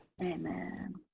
Amen